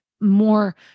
more